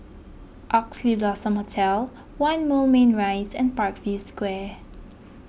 Oxley Blossom Hotel one Moulmein Rise and Parkview Square